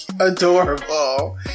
Adorable